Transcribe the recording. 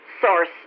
source